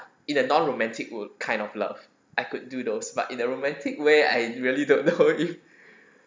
in a non-romantic w~ kind of love I could do those but in the romantic way I really don't know if